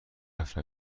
هفت